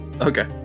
Okay